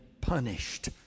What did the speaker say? punished